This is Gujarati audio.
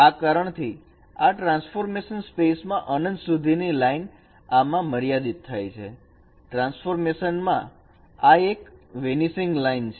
આ કારણથી આ ટ્રાન્સફોર્મેશન સ્પેસમાં અનંત સુધી ની લાઈન આમાં મર્યાદિત થાય છે ટ્રાન્સફોર્મેશન માં આ એક વેનીસિંગ લાઈન છે